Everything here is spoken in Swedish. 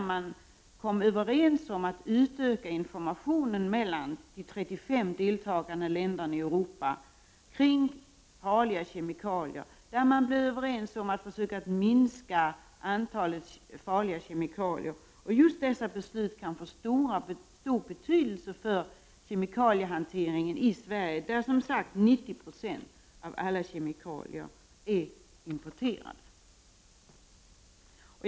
Man kom där överens om att utöka informationen om farliga kemikalier mellan de 35 deltagande länderna i Europa och om att försöka minska antalet farliga kemikalier. Just dessa beslut kan få stor betydelse för kemikaliehanteringen i Sverige, där alltså 90 96 av alla kemikalier är importerade.